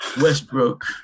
Westbrook